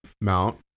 mount